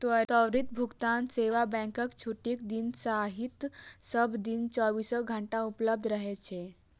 त्वरित भुगतान सेवा बैंकक छुट्टीक दिन सहित सब दिन चौबीसो घंटा उपलब्ध रहै छै